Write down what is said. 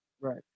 Right